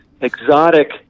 exotic